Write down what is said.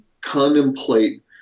contemplate